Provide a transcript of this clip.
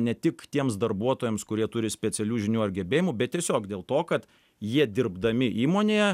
ne tik tiems darbuotojams kurie turi specialių žinių ar gebėjimų bet tiesiog dėl to kad jie dirbdami įmonėje